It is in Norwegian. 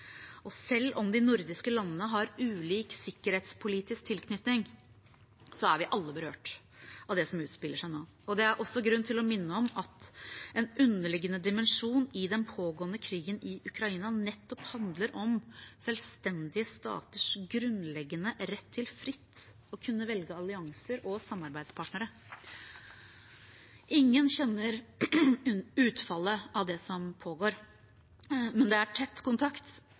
Selv om de nordiske landene har ulik sikkerhetspolitisk tilknytning, er vi alle berørt av det som utspiller seg nå. Det er også grunn til å minne om at en underliggende dimensjon i den pågående krigen i Ukraina nettopp handler om selvstendige staters grunnleggende rett til fritt å kunne velge allianser og samarbeidspartnere. Ingen kjenner utfallet av det som pågår. Men det er tett kontakt